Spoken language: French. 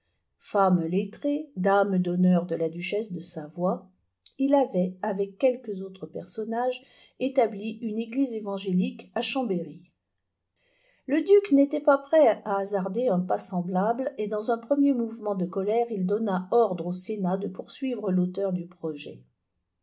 femme lettrée dame d'honneur de la duchesse de savoie il avait avec quelques autres personnages établi une église évangélique à chambéry le duc n'était pas prêt à hasnrder un pas semblable et dans un premier mouverwvit de colère il donna ordre au sénat de poursuivre l'auteur du projet